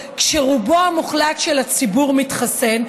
חסינות קהילתית מושגת כשרובו המוחלט של הציבור מתחסן.